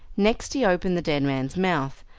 next he opened the dead man's mouth,